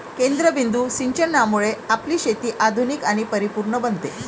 केंद्रबिंदू सिंचनामुळे आपली शेती आधुनिक आणि परिपूर्ण बनते